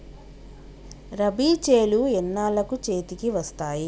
రబీ చేలు ఎన్నాళ్ళకు చేతికి వస్తాయి?